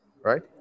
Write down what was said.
right